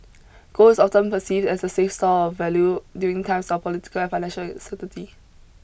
gold is often perceived as a safe store of value during times of political and financial uncertainty